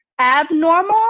abnormal